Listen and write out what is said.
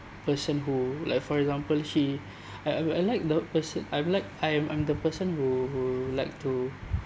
person who like for example she I I like the person I'm like I'm I'm the person who who like to